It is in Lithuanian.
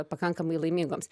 pakankamai laimingoms